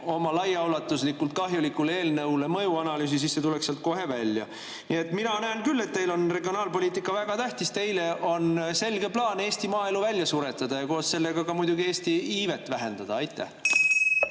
oma laiaulatuslikult kahjulikule eelnõule mõjuanalüüsi, siis see tuleks sealt kohe välja. Nii et mina näen küll, et teile on regionaalpoliitika väga tähtis. Teil on selge plaan Eesti maaelu välja suretada ja koos sellega ka muidugi Eesti iivet vähendada. Aitäh,